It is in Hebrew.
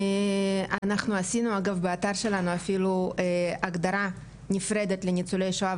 אנחנו עשינו באתר שלנו אפילו הגדרה נפרדת לניצולי שואה,